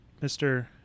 Mr